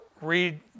read